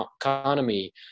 economy